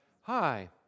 hi